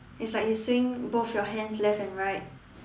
it's like you swing both your hands left and right